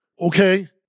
Okay